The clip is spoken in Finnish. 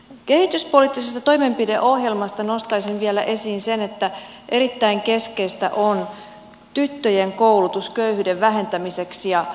kehityspoliittisesta toimenpideohjelmasta nostaisin vielä esiin sen että erittäin keskeistä on tyttöjen koulutus köyhyyden vähentämiseksi